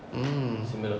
hmm